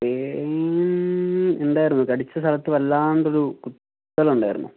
pain ഉണ്ടായിരുന്നു കടിച്ച സ്ഥലത്ത് വല്ലാണ്ടൊരു കുത്തൽ ഉണ്ടായിരുന്നു